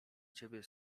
ciebie